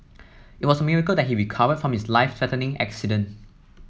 it was a miracle that he recovered from his life threatening accident